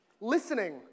Listening